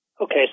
Okay